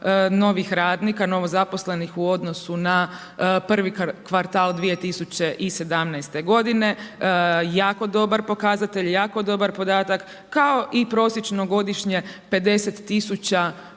novih radnika, novo zaposlenih u odnosu na prvi kvartal 2017. g. jako dobar pokazatelj, jako dobar podatak, kao i prosječno godišnje 50